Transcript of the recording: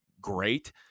great